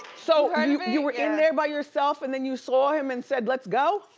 so you were in there by yourself and then you saw him and said, let's go?